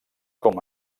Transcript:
com